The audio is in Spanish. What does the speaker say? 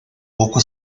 poco